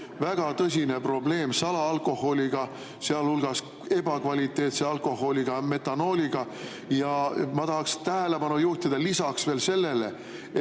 väga tõsine probleem salaalkoholiga, sealhulgas ebakvaliteetse alkoholiga, metanooliga. Ja ma tahaksin tähelepanu juhtida lisaks veel sellele,